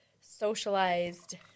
socialized